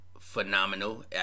phenomenal